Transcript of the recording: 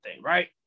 right